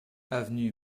avenue